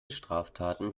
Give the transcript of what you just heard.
straftaten